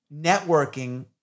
networking